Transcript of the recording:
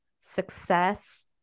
success